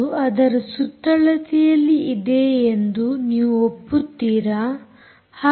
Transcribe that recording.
ಅದು ಅದರ ಸುತ್ತಳತೆಯಲ್ಲಿ ಇದೆ ಎಂದು ನೀವು ಒಪ್ಪುತ್ತೀರಾ